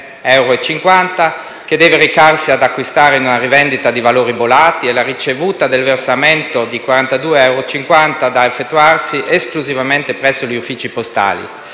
euro) che deve acquistare in una rivendita di valori bollati e la ricevuta del versamento di 42,50 euro, da effettuarsi esclusivamente presso gli uffici postali.